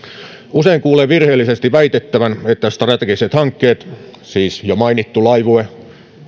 usein kuulee virheellisesti väitettävän että strategiset hankkeet siis jo mainittu laivue